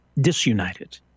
disunited